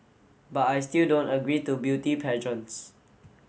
but I still don't agree to beauty pageants